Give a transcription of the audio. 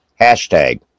Hashtag